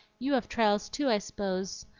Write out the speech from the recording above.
you have trials too, i s'pose.